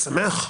אני שמח.